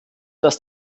dass